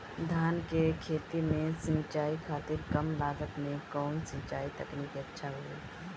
धान के खेती में सिंचाई खातिर कम लागत में कउन सिंचाई तकनीक अच्छा होई?